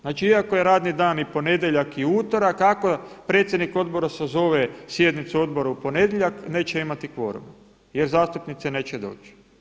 Znači iako je radni dan i ponedjeljak i utorak ako predsjednik odbora sazove sjednicu odbora u ponedjeljak neće imati kvorum jer zastupnici neće doći.